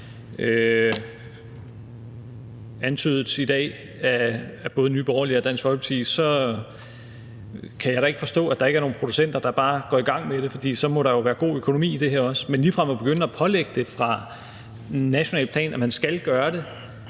antydet i dag af både Nye Borgerlige og Dansk Folkeparti, så kan jeg da ikke forstå, at der ikke er nogle producenter, der bare går i gang med det, for så må der da være god økonomi i det her også. Men ligefrem at begynde at pålægge det på nationalt plan, at man skal gøre det,